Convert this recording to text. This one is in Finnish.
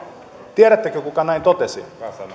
tiedättekö kuka näin totesi